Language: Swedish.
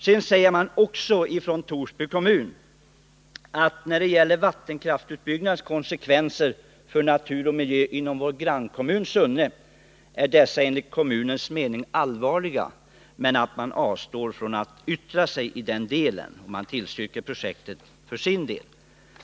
Man säger också i Torsby kommun att när det gäller vattenkraftsutbyggnadens konsekvenser för natur och miljö inom grannkommunen Sunne är dessa enligt kommunens mening allvarliga, men man avstår från att yttra sig i den delen och tillstyrker projektet för sin del.